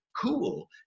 cool